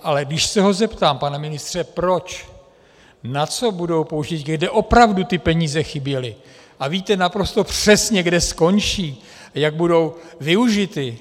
Ale když se ho zeptám: pane ministře, proč, na co budou použity, kde opravdu ty peníze chyběly, a víte naprosto přesně, kde skončí a jak budou využity?